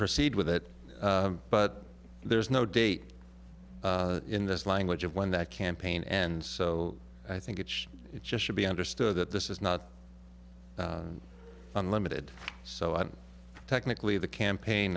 proceed with it but there's no date in this language of when that campaign ends so i think it just should be understood that this is not unlimited so i technically the campaign